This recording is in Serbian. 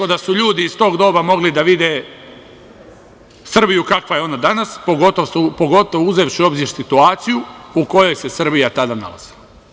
Teško da su ljudi iz tog doba mogli da vide Srbiju kakva je ona danas, pogotovo uzevši u obzir situaciju u kojoj se Srbija tada nalazila.